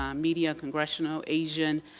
um media, congressional, asian,